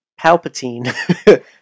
Palpatine